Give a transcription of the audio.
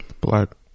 black